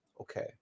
Okay